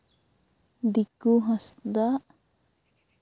ᱫᱤᱠᱩ ᱦᱟᱸᱥᱫᱟ